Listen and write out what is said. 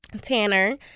Tanner